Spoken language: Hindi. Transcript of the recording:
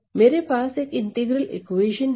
मेरे पास एक इंटीग्रल इक्वेशन है